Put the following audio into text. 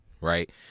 right